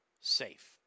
safe